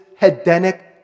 hedonic